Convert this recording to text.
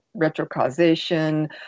retrocausation